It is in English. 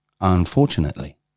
unfortunately